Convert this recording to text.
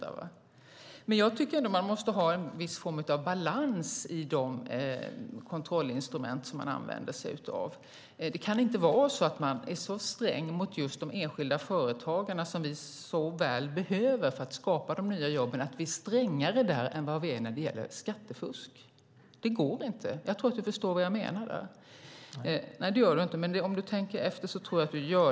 Man måste dock ha en balans i de kontrollinstrument man använder. Vi kan inte vara strängare mot de enskilda företagare som vi så väl behöver för att skapa nya jobb än vad vi är mot skattefusk. Det går inte. Jag tror att Anders Karlsson förstår vad jag menar om han tänker efter.